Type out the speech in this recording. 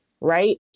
right